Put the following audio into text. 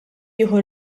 tieħu